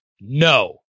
No